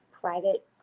private